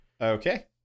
Okay